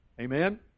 Amen